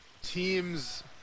Teams